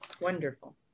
wonderful